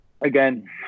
Again